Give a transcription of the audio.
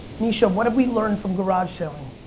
misha, what have we learned from garage sale-ing?